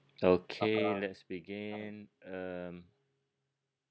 okay let's begin um